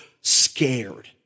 scared